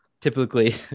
typically